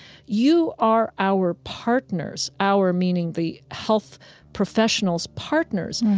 you are our partners, our meaning the health professionals' partners,